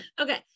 Okay